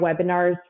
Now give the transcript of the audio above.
webinars